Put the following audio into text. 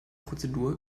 prozedur